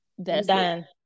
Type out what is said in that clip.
done